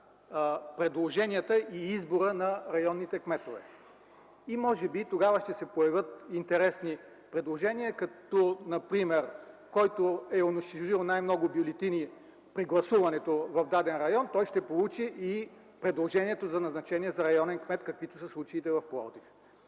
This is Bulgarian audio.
предложенията и избора на районните кметове. Може би тогава ще се появят интересни предложения като например: който е унищожил най-много бюлетини при гласуването в даден район, той ще получи и предложението за назначение на районен кмет, каквито са случаите в Пловдив.